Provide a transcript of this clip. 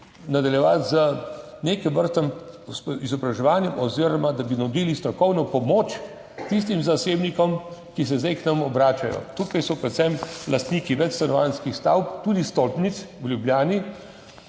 nadaljevati z neke vrste izobraževanjem oziroma da bi nudili strokovno pomoč tistim zasebnikom, ki se zdaj obračajo k nam. Tukaj so predvsem lastniki večstanovanjskih stavb, tudi stolpnic v Ljubljani.